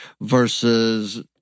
versus